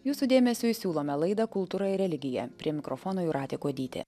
jūsų dėmesiui siūlome laidą kultūra ir religija prie mikrofono jūratė kuodytė